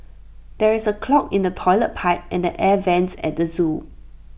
there is A clog in the Toilet Pipe and air Vents at the Zoo